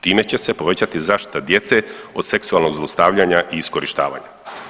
Time će se povećati zaštita djece od seksualnog zlostavljanja i iskorištavanja.